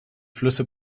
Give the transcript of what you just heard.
flüsse